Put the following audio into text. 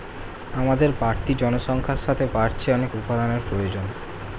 আমাদের বাড়তি জনসংখ্যার সাথে বাড়ছে অনেক উপাদানের প্রয়োজন